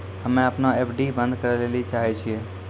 हम्मे अपनो एफ.डी बन्द करै ले चाहै छियै